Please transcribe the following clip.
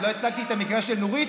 עוד לא הצגתי את המקרה של נורית.